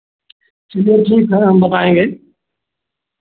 चलो ठीक है हम बताएँगे